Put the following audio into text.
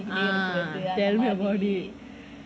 ah tell me about it